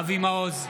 אבי מעוז,